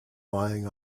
lying